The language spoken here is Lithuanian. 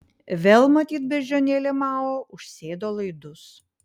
vėl matyt beždžionėlė mao užsėdo laidus